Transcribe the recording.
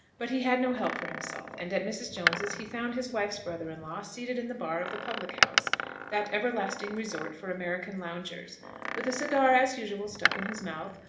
but he had no help for himself, and at mrs. jones's he found his wife's brother-in-law seated in the bar of the public-house that everlasting resort for american loungers with a cigar as usual stuck in his mouth,